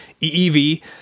EEV